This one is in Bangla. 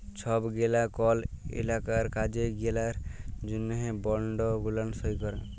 ছব গেলা কল ইলাকার কাজ গেলার জ্যনহে বল্ড গুলান সই ক্যরে